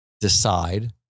decide